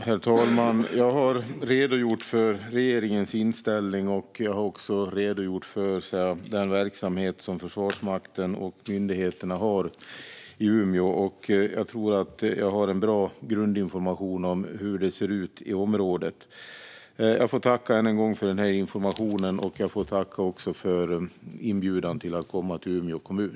Herr talman! Jag har redogjort för regeringens inställning, och jag har också redogjort för den verksamhet som Försvarsmakten och myndigheterna har i Umeå. Jag tror att jag har en bra grundinformation om hur det ser ut i området. Jag tackar än en gång för denna information, och jag tackar också för inbjudan att komma till Umeå kommun.